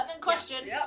question